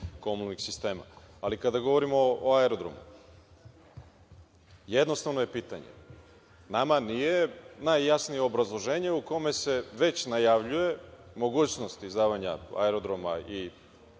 komunalnih sistema. Kada govorimo o aerodromu, jednostavno je pitanje. Nama nije najjasnije obrazloženje u kome se već najavljuje mogućnost izdavanja aerodroma i